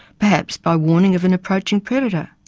perhaps by warning of an approaching predator.